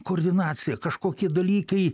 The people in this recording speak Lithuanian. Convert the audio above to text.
koordinacija kažkokie dalykai